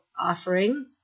offering